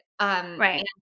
Right